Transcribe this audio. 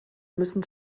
müssen